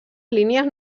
línies